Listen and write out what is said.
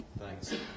Thanks